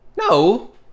No